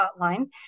Hotline